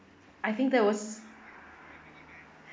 I think that was